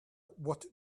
what